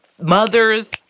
mothers—